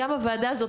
גם הוועדה הזאת,